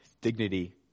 dignity